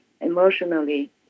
emotionally